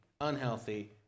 unhealthy